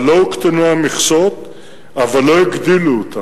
אבל לא הוקטנו המכסות, לא הגדילו אותן.